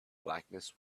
blackness